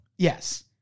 Yes